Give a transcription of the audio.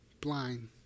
blind